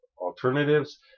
alternatives